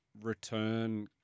return